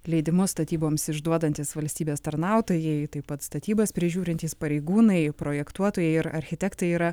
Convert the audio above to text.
leidimus statyboms išduodantys valstybės tarnautojai taip pat statybas prižiūrintys pareigūnai projektuotojai ir architektai yra